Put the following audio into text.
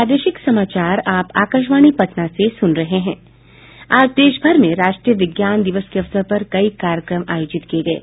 आज देश भर में राष्ट्रीय विज्ञान दिवस के अवसर पर कई कार्यक्रम आयोजित किये गये